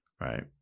right